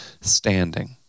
standing